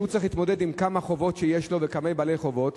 שהוא צריך להתמודד עם כמה חובות שיש לו וכמה בעלי חובות.